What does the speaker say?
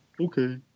Okay